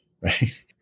right